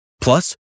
Plus